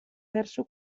verso